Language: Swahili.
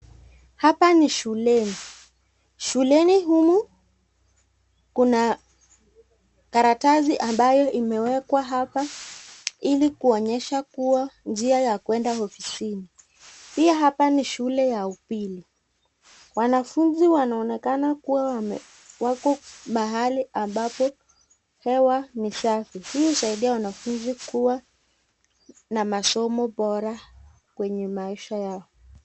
Hapa ni shuleni, shuleni humu kuna karatasi ambaye imewekwa hapa hili kionyesha kuwa njia ya kuenda ofisini, pia hapa ni shule ya upili, wanafunzi wanaokana kuwa wako mahali ambapo hewa ni safi hii usaidia wanafunzi kuwa na masomo bora kwenye maisha yao.